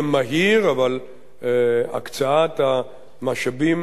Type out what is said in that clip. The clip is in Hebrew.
אבל הקצאת המשאבים הנדרשים,